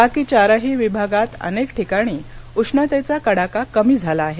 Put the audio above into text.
बाकी चारही विभागात अनेक ठिकाणी उष्णतेचा कडाका कमी झाला आहे